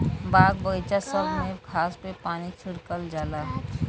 बाग बगइचा सब में घास पे पानी छिड़कल जाला